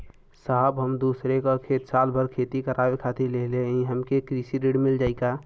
साहब हम दूसरे क खेत साल भर खेती करावे खातिर लेहले हई हमके कृषि ऋण मिल जाई का?